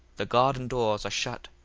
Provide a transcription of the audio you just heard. the garden doors are shut,